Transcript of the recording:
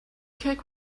cake